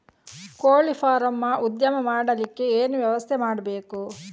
ಕೋಳಿ ಫಾರಂ ಉದ್ಯಮ ಮಾಡಲಿಕ್ಕೆ ಏನು ವ್ಯವಸ್ಥೆ ಮಾಡಬೇಕು?